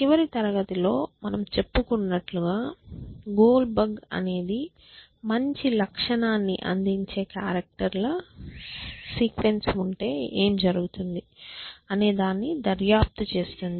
చివరి తరగతి లో మనం చెప్పుకున్నట్లుగా గోల్ బగ్ అనేది మంచి లక్షణాన్ని అందించే క్యారెక్టర్ ల సీక్వెన్స్ ఉంటె ఏమి జరుగుతుంది అనేదాన్ని దర్యాప్తు చేస్తుంది